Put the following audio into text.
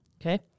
Okay